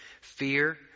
fear